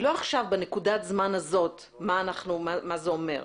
לא בנקודת הזמן הזאת מה זה אומר.